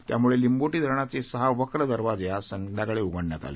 त्यामुळे लिंबोटी धरणाचे सहा वक्र दरवाजे आज सायंकाळी उघडण्यात आले